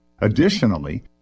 Additionally